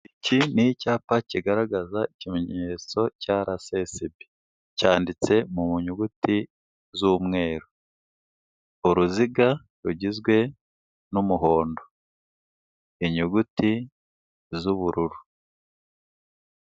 Iki ni icyapa kigaragaza ikimenyetso cya RSSB, cyanditse mu nyuguti z'umweru, uruziga rugizwe n'umuhondo, inyuguti z'ubururu.